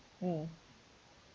mm